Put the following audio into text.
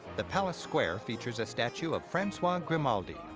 the palace square features a statue of francois grimaldi,